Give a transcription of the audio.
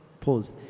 Pause